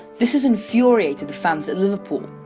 this has infuriated the fans at liverpool,